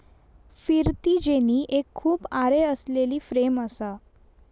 फिरती जेनी एक खूप आरे असलेली फ्रेम असा